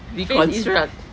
face is